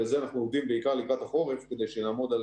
וזה אנחנו עובדים בעיקר לקראת החורף כדי שנעמוד על